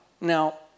now